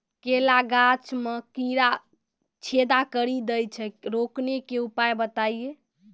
केला गाछ मे कीड़ा छेदा कड़ी दे छ रोकने के उपाय बताइए?